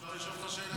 אפשר לשאול אותך שאלה?